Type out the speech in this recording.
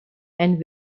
and